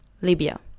Libya